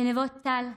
לנבות טל,